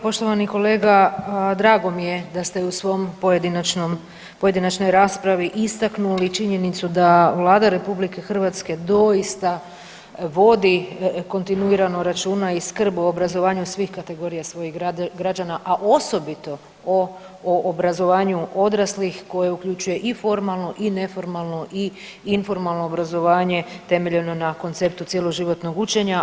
Poštovani kolega drago mi je da ste u svom pojedinačnom, pojedinačno raspravi istaknuli činjenicu da Vlada Republike Hrvatske doista vodi kontinuirano računa i skrb o obrazovanju svih kategorija svojih građana, a osobito o obrazovanju odraslih koje uključuje i formalno, i neformalno, i informalno obrazovanje temeljeno na konceptu cjeloživotnog učenja.